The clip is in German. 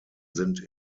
sind